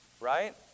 right